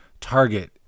target